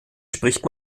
spricht